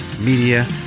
Media